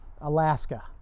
Alaska